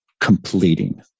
completing